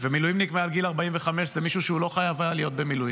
ומילואימניק מעל גיל 45 זה מישהו שהוא לא היה חייב להיות במילואים.